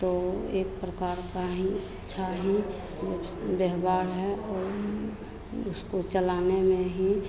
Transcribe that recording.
तो एक प्रकार का ही अच्छा ही व्यवहार है और उसको चलाने में ही